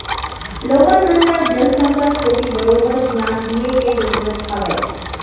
लोगन मन ल जल संकट कोती बरोबर धियान दिये के जरूरत हावय